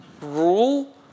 rule